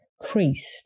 creased